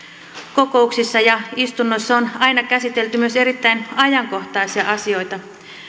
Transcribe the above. kokouksissa ja istunnoissa on aina käsitelty myös erittäin ajankohtaisia asioita